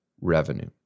revenue